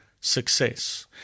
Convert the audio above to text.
success